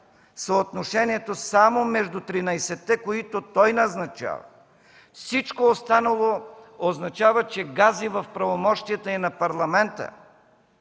съотношението само между 13-те, които той назначава. Всичко останало означава, че гази в правомощията и на Парламента.